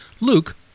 Luke